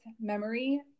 memory